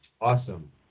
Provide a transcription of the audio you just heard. Awesome